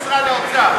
משרד האוצר.